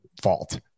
fault